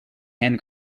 hand